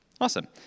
Awesome